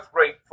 rate